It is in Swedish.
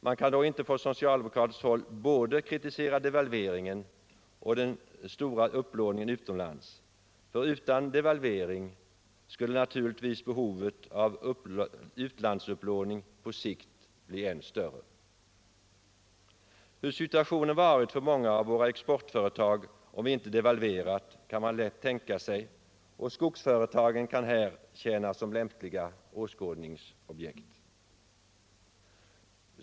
Man kan då inte från socialdemokratiskt håll kritisera både devalveringen och den stora upplåningen utomlands, för utan devalvering skulle naturligtvis behovet av utlandsupplåning på sikt bli än större. Hur situationen skulle ha varit för många av våra exportföretag om vi inte devalverat kan man lätt tänka sig, och skogsföretagen kan här tjäna som lämpliga åskådningsobjekt.